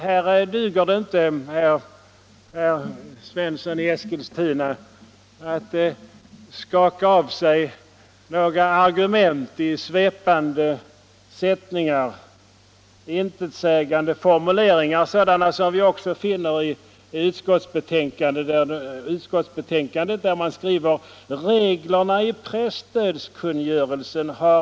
Här duger det inte, herr Svensson i Eskilstuna, att bara skaka av sig några argument i svepande sättningar och intetsägande formuleringar, sådana som vi också återfinner i dagens utskottsbetänkande, där man skriver: ”Reglerna i presstödskungörelsen har utformats med hänsyn härtill.